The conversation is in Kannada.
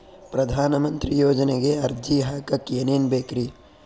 ಪ್ರಧಾನಮಂತ್ರಿ ಯೋಜನೆಗೆ ಅರ್ಜಿ ಹಾಕಕ್ ಏನೇನ್ ಬೇಕ್ರಿ?